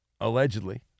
Allegedly